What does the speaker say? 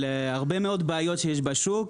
על הרבה מאוד בעיות שיש בשוק.